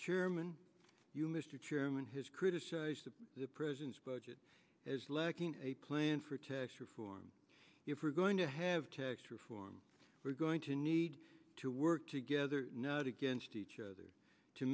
chairman you mr chairman has criticized the president's budget as lacking a plan for tax reform if we're going to have tax reform we're going to need to work together not against each other to